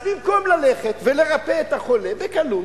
אז במקום ללכת ולרפא את החולה בקלות,